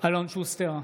אלון שוסטר,